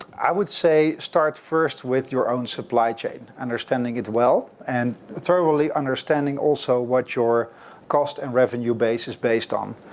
i would say, start first with your own supply chain. understanding it well and thoroughly understanding also what your cost and revenue base is based on.